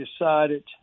decided